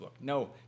No